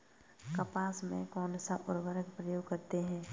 कपास में कौनसा उर्वरक प्रयोग करते हैं?